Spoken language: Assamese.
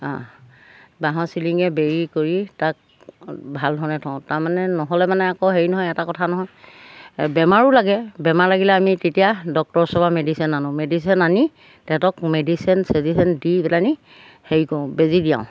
বাঁহৰ চিলিঙিৰে বেৰি কৰি তাক ভালধৰণে থওঁ তাৰমানে নহ'লে মানে আকৌ হেৰি নহয় এটা কথা নহয় বেমাৰো লাগে বেমাৰ লাগিলে আমি তেতিয়া ডক্টৰৰ ওচৰৰ পৰা মেডিচিন আনো মেডিচিন আনি তেহেঁতক মেডিচেন চেজিচেন দি পেলাইনি হেৰি কৰোঁ বেজি দিয়াওঁ